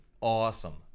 awesome